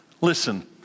Listen